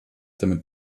damit